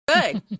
Good